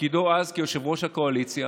בתפקידו אז כיושב-ראש הקואליציה